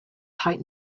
tight